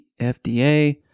FDA